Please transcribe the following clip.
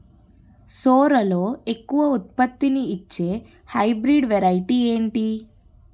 సోరలో ఎక్కువ ఉత్పత్తిని ఇచే హైబ్రిడ్ వెరైటీ ఏంటి?